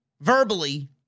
verbally